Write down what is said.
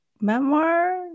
memoir